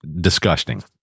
disgusting